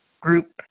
group